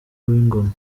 w’ingoma